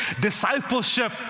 discipleship